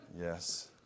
Yes